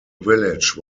village